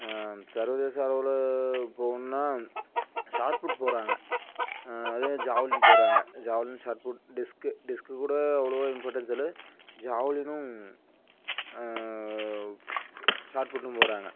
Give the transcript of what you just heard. சர்வதேச அளவில் போகணும்னா ஷாட்புட் போகிறாங்க அதேமாதிரி ஜாவ்லின் போகிறாங்க ஜாவ்லின் ஷாட்புட் டிஸ்க்கு டிஸ்க்கு கூட அவ்வளவா இம்பார்ட்டன்ஸ் இல்லை ஜாவ்லினும் ஷாட்புட்டும் போகிறாங்க